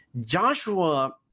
Joshua